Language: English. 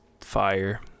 fire